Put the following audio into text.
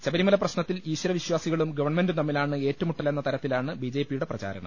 ശബരി മല പ്രശ്നത്തിൽ ഈശ്വരവിശ്വാസികളും ഗവൺമെന്റും തമ്മിലാണ് ഏറ്റുമുട്ടലെന്നു ത്രത്തിലാണ് ബി ജെ പിയുടെ പ്രചാരണം